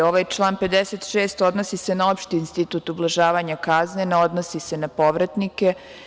Ovaj član 56. odnosi se na opšti institut ublažavanja kazne, ne odnosi se na povratnike.